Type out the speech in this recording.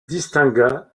distingua